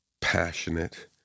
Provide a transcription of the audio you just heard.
passionate